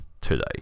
today